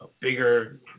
bigger